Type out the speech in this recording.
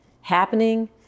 happening